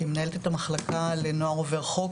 שהיא מנהלת את המחלקה לנוער עובר חוק